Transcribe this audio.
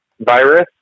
virus